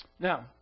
Now